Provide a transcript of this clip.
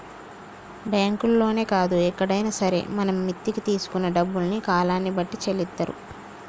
బ్యాంకుల్లోనే కాదు ఎక్కడైనా సరే మనం మిత్తికి తీసుకున్న డబ్బుల్ని కాలాన్ని బట్టి చెల్లిత్తారు